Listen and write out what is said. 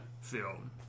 film